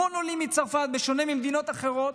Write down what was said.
להמון עולים מצרפת, בשונה ממדינות אחרות,